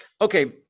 Okay